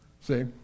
See